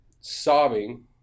sobbing